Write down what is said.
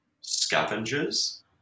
Scavengers